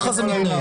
ככה זה מתנהל.